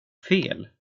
fel